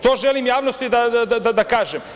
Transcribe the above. To želim javnosti da kažem.